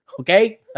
Okay